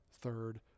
third